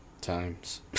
times